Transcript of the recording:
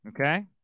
Okay